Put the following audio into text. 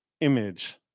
image